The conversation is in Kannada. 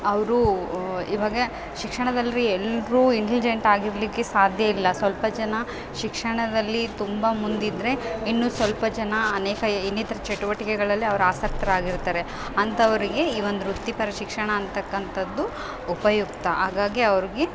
ಅವರು ಇವಾಗ ಶಿಕ್ಷಣದಲ್ಲಿ ಎಲ್ಲರೂ ಇಂಟಲಿಜೆನ್ಟ್ ಆಗಿರಲಿಕ್ಕೆ ಸಾಧ್ಯವಿಲ್ಲ ಸ್ವಲ್ಪ ಜನ ಶಿಕ್ಷಣದಲ್ಲಿ ತುಂಬ ಮುಂದಿದ್ದರೆ ಇನ್ನು ಸ್ವಲ್ಪ ಜನ ಅನೇಕ ಇನ್ನಿತರ ಚಟುವಟಿಕೆಗಳಲ್ಲಿ ಅವ್ರು ಆಸಕ್ತರಾಗಿರ್ತಾರೆ ಅಂಥವರಿಗೆ ಈ ಒಂದು ವೃತ್ತಿಪರ ಶಿಕ್ಷಣ ಅಂತಕ್ಕಂಥದ್ದು ಉಪಯುಕ್ತ ಹಾಗಾಗಿ ಅವ್ರಿಗೆ